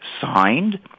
signed